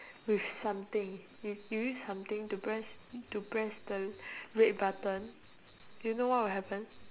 with something y~ you use something to press to press the red button you know what will happen